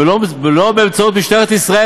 ולא באמצעות משטרת ישראל,